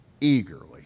eagerly